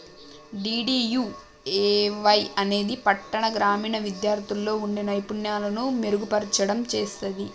DDUAY అనేది పట్టాణ, గ్రామీణ విద్యార్థుల్లో వుండే నైపుణ్యాలను మెరుగుపర్చడం చేత్తది